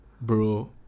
Bro